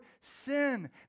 sin